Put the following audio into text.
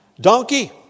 Donkey